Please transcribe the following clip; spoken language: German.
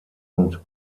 und